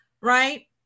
right